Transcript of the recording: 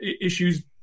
issues